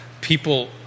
people